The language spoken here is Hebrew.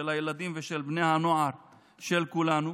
של הילדים ושל בני הנוער של כולנו.